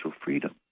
freedom